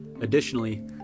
Additionally